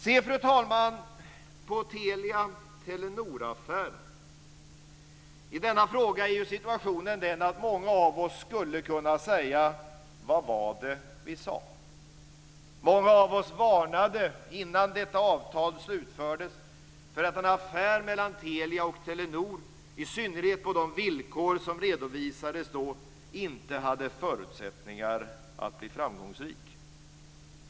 Se, fru talman, på Telia-Telenor-affären! I denna fråga är situationen den att många av oss skulle kunna säga: Vad var det vi sade? Många av oss varnade innan detta avtal slutfördes för att en affär mellan Telia och Telenor, i synnerhet på de villkor som då redovisades, inte hade förutsättningar att bli framgångsrik.